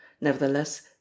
Nevertheless